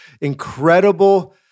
incredible